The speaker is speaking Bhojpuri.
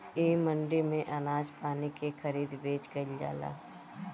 इ मंडी में अनाज पानी के खरीद बेच कईल जाला